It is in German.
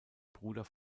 bruder